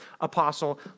apostle